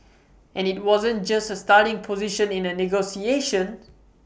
and IT wasn't just A starting position in A negotiation